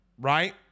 right